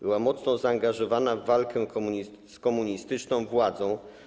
Była mocno zaangażowana w walkę z komunistyczną władzą.